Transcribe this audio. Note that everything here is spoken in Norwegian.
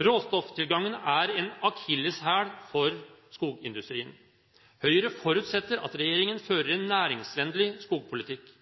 Råstofftilgangen er en akilleshæl for skogindustrien. Høyre forutsetter at regjeringen fører en næringsvennlig skogpolitikk.